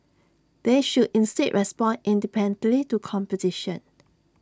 they should instead respond independently to competition